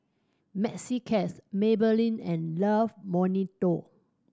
Maxi Cash Maybelline and Love Bonito